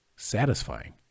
satisfying